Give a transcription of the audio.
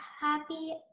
happy